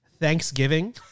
Thanksgiving